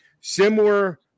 Similar